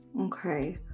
Okay